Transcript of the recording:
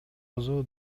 өзү